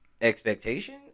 expectation